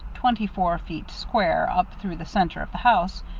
twenty-four feet square, up through the centre of the house,